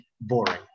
boring